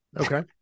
Okay